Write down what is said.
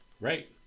right